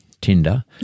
Tinder